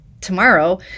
tomorrow